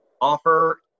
offer